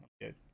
good